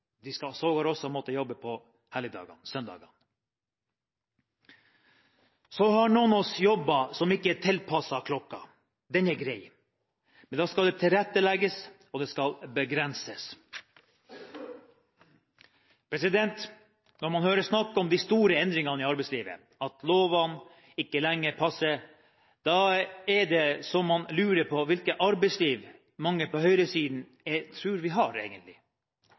De skal sågar også måtte jobbe på helligdager, søndager. Noen av oss har jobber som ikke er tilpasset klokken. Det er greit, men da skal det tilrettelegges, og det skal begrenses. Når man hører snakk om de store endringene i arbeidslivet, at lovene ikke lenger passer, lurer man på hvilket arbeidsliv mange på høyresiden tror vi egentlig har.